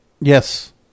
Yes